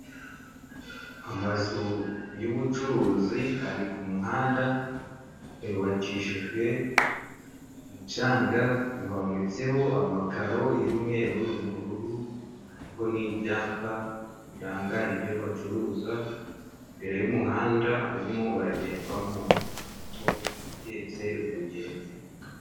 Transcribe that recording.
Amazu y'ubucuruzi ari ku muhanda, yubakishijwe umucanga, hometseho amakaro y'umweru n'ubururu, hariho n'ibyapa biranga ibyo bacuruza, imbere y'umuhanda urimo uragendwamo na moto ihetse umugenzi.